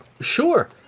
Sure